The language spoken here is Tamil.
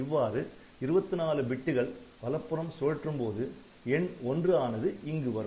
இவ்வாறு 24 பிட்டுகள் வலப்புறம் சுழற்றும் போது எண் '1' ஆனது இங்கு வரும்